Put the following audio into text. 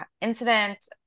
incident